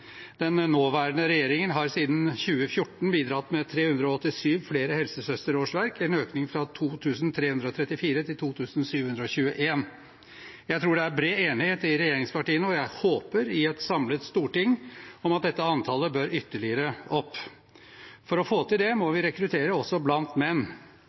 Den nåværende regjeringen har siden 2014 bidratt med 387 flere helsesøsterårsverk, en økning fra 2 334 til 2 721. Jeg tror det er bred enighet i regjeringspartiene – og i et samlet storting, håper jeg – om at dette antallet bør ytterligere opp. For å få til det må vi rekruttere også blant menn.